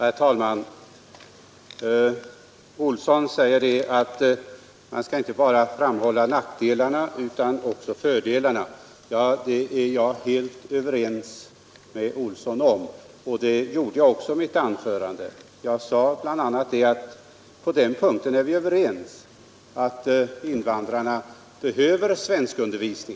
Herr talman! Herr Olsson i Asarum säger att man inte bara skall framhålla nackdelarna utan också fördelarna i detta sammanhang. Det är jag helt överens med herr Olsson om och det gjorde jag också i mitt anförande. Jag sade bl.a. att vi är överens om att invandrarna behöver svenskundervisning.